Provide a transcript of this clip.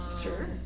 Sure